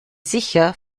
sicher